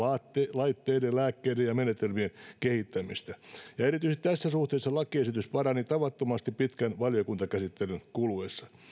laitteiden lääkkeiden ja menetelmien kehittämistä ja erityisesti tässä suhteessa lakiesitys parani tavattomasti pitkän valiokuntakäsittelyn kuluessa